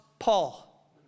Paul